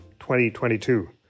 2022